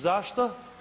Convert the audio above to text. Zašto?